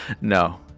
No